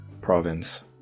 province